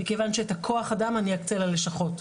מכיוון שאת הכוח אדם אני אקצה ללשכות.